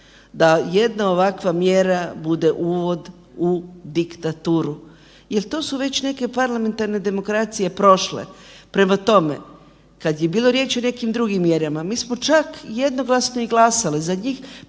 da jedna ovakva mjera bude uvod u diktaturu jer to su već neke parlamentarne demokracije prošle. Prema tome, kad je bilo riječi o nekim drugim mjerama mi smo čak jednoglasno i glasali za njih